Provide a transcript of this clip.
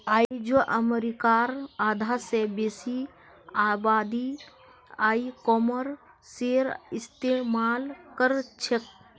आइझो अमरीकार आधा स बेसी आबादी ई कॉमर्सेर इस्तेमाल करछेक